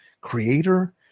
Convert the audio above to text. creator